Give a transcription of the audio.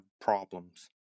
problems